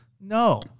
No